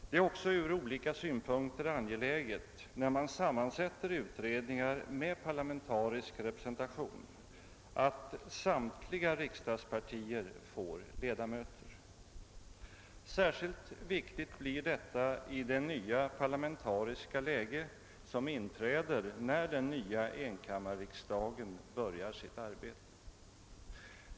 När man sammansätter utredningar med parlamentarisk representation är det ur olika synpunkter angeläget att samtliga riksdagspartier får ledamöter där. Detta blir sär skilt viktigt i det nya parlamentariska läge som inträder när den nya enkammarriksdagen börjar sitt arbete.